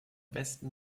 westen